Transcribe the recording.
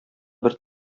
бер